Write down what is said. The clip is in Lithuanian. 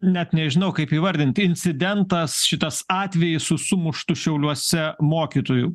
net nežinau kaip įvardint incidentas šitas atvejis su sumuštu šiauliuose mokytoju